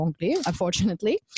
unfortunately